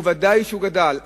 ודאי שהוא גדל,